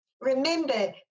remember